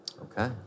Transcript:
Okay